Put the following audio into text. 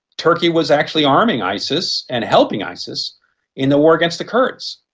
turkey was actually arming isis and helping isis in the war against the kurds,